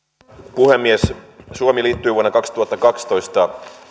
puhemies suomi liittyi vuonna kaksituhattakaksitoista